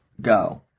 Go